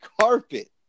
carpet